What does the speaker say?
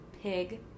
Pig